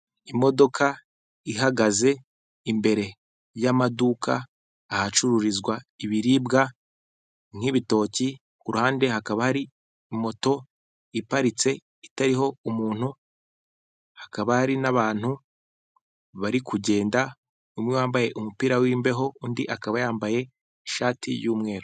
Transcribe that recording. Imodoka ihagaze imbere y'amaduka ahacururizwa ibiribwa nk'ibitoki kuruhande hakaba hari moto iparitse itariho umuntu hakaba hari n'abantu bari kugenda umwe wambaye umupira w'imbeho undi akaba yambaye ishati y'umeru.